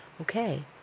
okay